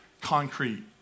concrete